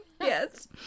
yes